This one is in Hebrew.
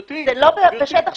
זה לא בשטח שלנו,